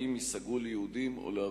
האם ייסגרו ליהודים או לערבים?